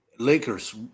Lakers